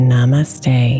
Namaste